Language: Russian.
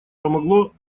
помогло